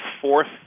fourth